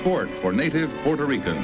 support for native puerto rican